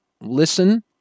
listen